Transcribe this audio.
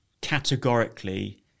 categorically